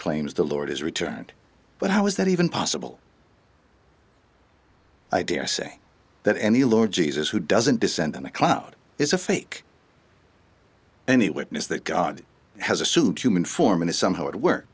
claims the lord is returned but how is that even possible i dare say that any lord jesus who doesn't descend on a cloud is a fake any witness that god has a superhuman form and is somehow at work